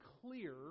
clear